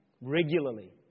regularly